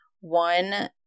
one